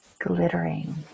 glittering